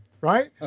Right